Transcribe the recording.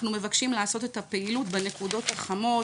מבקשים לעשות את הפעילות בנקודות החמות,